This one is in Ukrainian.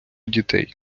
дітей